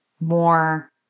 more